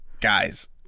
guys